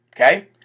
Okay